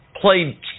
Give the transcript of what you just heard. played